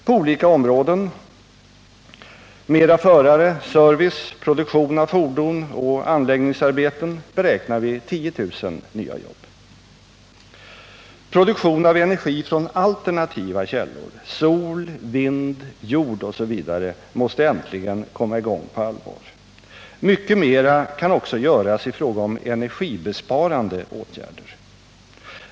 På olika områden inom kollektivtrafiken — det gäller förare, service, produktion av fordon och anläggningsarbeten — beräknar vi 10 000 nya jobb. Produktion av energi från alternativa källor — sol, vind, jord osv. — måste äntligen komma i gång på allvar. Mycket mera kan också göras i fråga om energibesparande åtgärder.